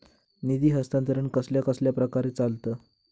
निधी हस्तांतरण कसल्या कसल्या प्रकारे चलता?